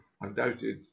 undoubted